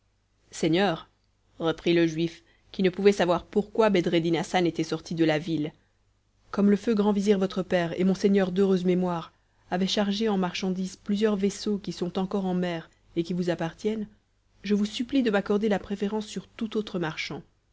seigneur reprit le juif qui ne pouvait pas savoir pourquoi bedreddin hassan était sorti de la ville comme le feu grand vizir votre père et mon seigneur d'heureuse mémoire avait chargé en marchandises plusieurs vaisseaux qui sont encore en mer et qui vous appartiennent je vous supplie de m'accorder la préférence sur tout autre marchand